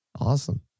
Awesome